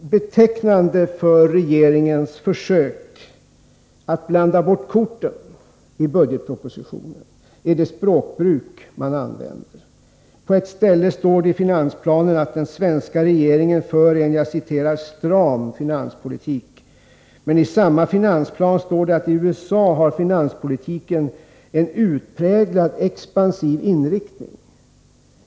Betecknande för regeringens försök att blanda bort korten i budgetpropositionen är det språkbruk man använder. På ett ställe står det i finansplanen, att den svenska regeringen för en ”stram finanspolitik”, men i samma finansplan står det att i USA har finanspolitiken en ”utpräglat” expansiv inriktning.